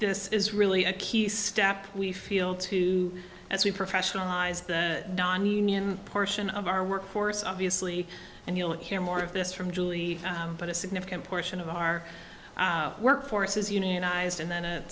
this is really a key step we feel too as we've professionalized nonunion portion of our workforce obviously and you'll hear more of this from julie but a significant portion of our workforce is unionized and then